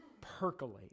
percolate